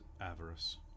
avarice